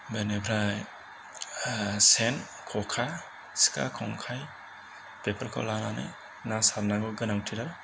बेनिफ्राय सेन खखा सिखा खंखाइ बेफोरखौ लानानै ना सारनांगौ गोनांथिया